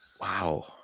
Wow